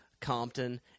Compton –